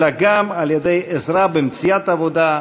אלא גם על-ידי עזרה במציאת עבודה,